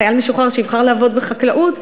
חייל משוחרר שיבחר לעבוד בחקלאות,